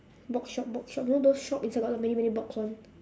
box shop box shop you know those shop inside got a lot many many box [one]